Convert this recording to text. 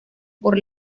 por